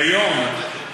כיום,